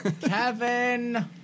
Kevin